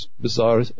bizarre